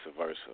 versa